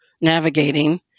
navigating